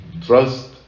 trust